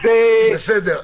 בסדר.